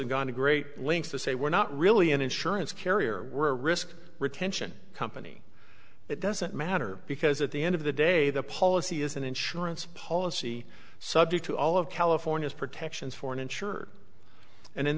they've gone to great lengths to say we're not really an insurance carrier or risk rejection company it doesn't matter because at the end of the day the policy is an insurance policy subject to all of california's protections for an insured and